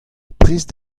prest